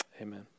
Amen